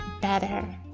better